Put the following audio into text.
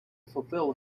fulfill